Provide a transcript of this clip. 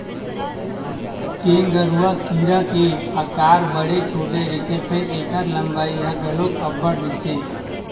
गेंगरूआ कीरा के अकार बड़े छोटे रहिथे फेर ऐखर लंबाई ह घलोक अब्बड़ रहिथे